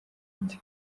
ati